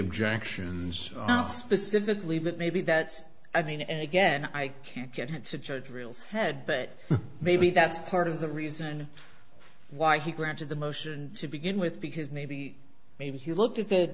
objections specifically but maybe that's i mean and again i can't get him to judge rules head but maybe that's part of the reason why he granted the motion to begin with because maybe maybe he looked at the